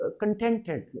contented